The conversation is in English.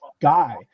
guy